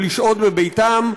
או לשהות בביתם,